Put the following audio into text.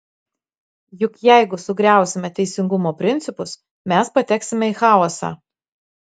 juk jeigu sugriausime teisingumo principus mes pateksime į chaosą